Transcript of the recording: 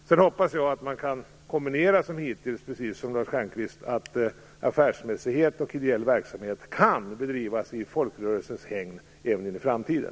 Sedan hoppas jag, precis som Lars Stjernkvist, att affärsmässighet och ideell verksamhet kan bedrivas i folkrörelsens hägn även i framtiden.